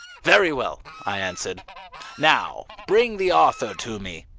very well, i answered now bring the author to me.